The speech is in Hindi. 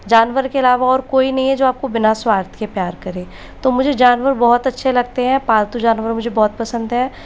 जानवर के अलावा और कोई नहीं है जो बिना स्वार्थ के प्यार करे तो मुझे जानवर बहुत अच्छे लगते हैं पालतू जानवर मुझे बहुत पसंद है